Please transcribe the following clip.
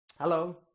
Hello